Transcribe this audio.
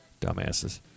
Dumbasses